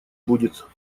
будет